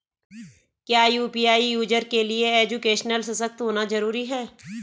क्या UPI user के लिए एजुकेशनल सशक्त होना जरूरी है?